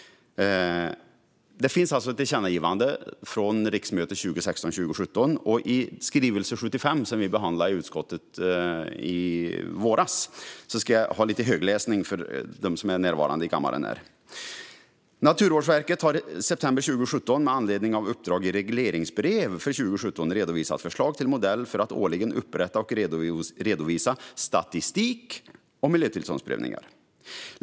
Det finns ett tillkännagivande från riksmötet 2016/17. För dem som är närvarande i kammaren ska jag ägna mig åt lite högläsning ur skrivelse 75, som vi behandlade i utskottet i våras: "Naturvårdsverket har i september 2017, med anledning av uppdrag i regleringsbrev för 2017, redovisat förslag till modell för att årligen upprätta och redovisa statistik om miljötillståndsprövningar.